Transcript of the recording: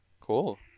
cool